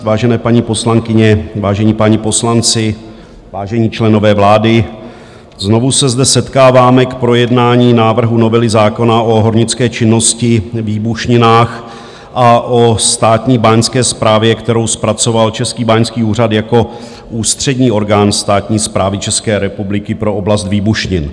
Vážené paní poslankyně, vážení páni poslanci, vážení členové vlády, znovu se zde setkáváme k projednání návrhu novely zákona o hornické činnosti, výbušninách a o státní báňské správě, kterou zpracoval Český báňský úřad jako ústřední orgán státní správy České republiky pro oblast výbušnin.